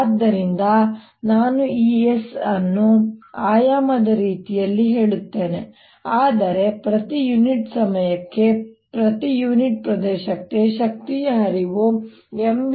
ಆದ್ದರಿಂದ ನಾನು ಈ S ಅನ್ನು ಆಯಾಮದ ರೀತಿಯಲ್ಲಿ ಹೇಳುತ್ತೇನೆ ಆದರೆ ಪ್ರತಿ ಯೂನಿಟ್ ಸಮಯಕ್ಕೆ ಪ್ರತಿ ಯೂನಿಟ್ ಪ್ರದೇಶಕ್ಕೆ ಶಕ್ತಿಯ ಹರಿವು Mv2L2